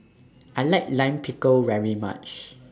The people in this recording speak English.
I like Lime Pickle very much